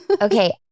Okay